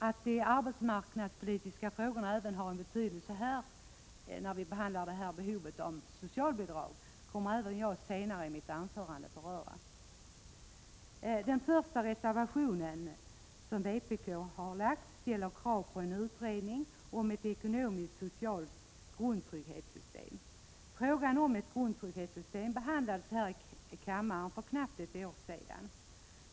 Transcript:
Att de arbetsmarknadspolitiska frågorna även har betydelse när vi talar om behovet av socialbidrag skall jag kommentera senare i mitt anförande. I vpk:s första reservation ställs krav på en utredning om ett ekonomiskt och socialt grundtrygghetssystem. Frågan om ett grundtrygghetssystem behandlades här i kammaren för knappt ett år sedan.